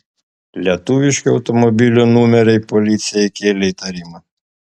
lietuviški automobilio numeriai policijai kėlė įtarimą